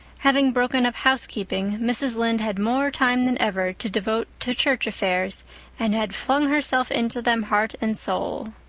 having broken up housekeeping, mrs. lynde had more time than ever to devote to church affairs and had flung herself into them heart and soul.